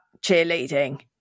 cheerleading